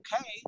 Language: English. okay